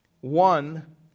one